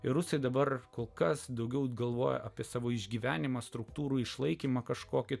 ir rusai dabar kol kas daugiau galvoja apie savo išgyvenimą struktūrų išlaikymą kažkokį